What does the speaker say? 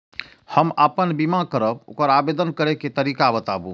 हम आपन बीमा करब ओकर आवेदन करै के तरीका बताबु?